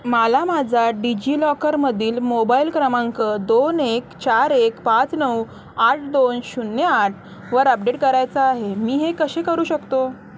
मला माझा डिजि लॉकरमधील मोबाईल क्रमांक दोन एक चार एक पाच नऊ आठ दोन शून्य आठ वर अपडेट करायचा आहे मी हे कसे करू शकतो